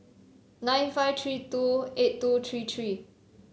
nine five three two eight two three three